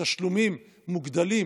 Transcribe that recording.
תשלומים מוגדלים